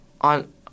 on